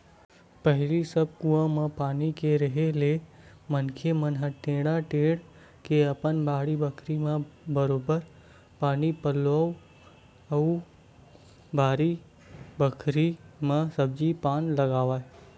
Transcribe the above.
पहिली सब कुआं म पानी के रेहे ले मनखे मन ह टेंड़ा टेंड़ के अपन बाड़ी बखरी म बरोबर पानी पलोवय अउ बारी बखरी म सब्जी पान लगाय